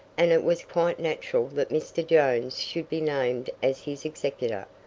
and it was quite natural that mr. jones should be named as his executor.